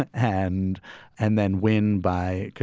and and and then win by.